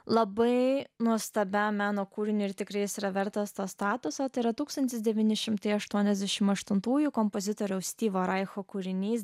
labai nuostabiam meno kūriniu ir tikrai jis yra vertas to statuso tai yra tūkstantis devyni šimtai aštuoniasdešimtųjų kompozitoriaus styvo reicho kūrinys